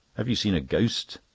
have you seen a ghost?